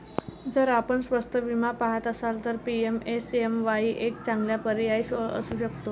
जर आपण स्वस्त विमा पहात असाल तर पी.एम.एस.एम.वाई एक चांगला पर्याय असू शकतो